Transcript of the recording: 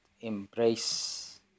embrace